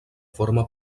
forma